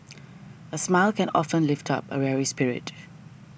a smile can often lift up a weary spirit